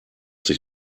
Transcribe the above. sich